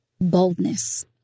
boldness